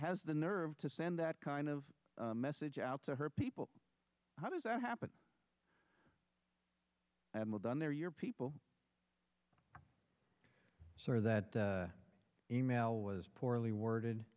has the nerve to send that kind of message out to her people how does that happen and well done there your people sir that e mail was poorly worded